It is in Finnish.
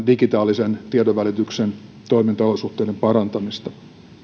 digitaalisen tiedonvälityksen toimintaolosuhteiden parantamista